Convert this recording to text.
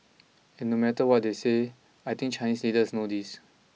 and no matter what they say I think Chinese leaders know this